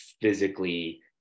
physically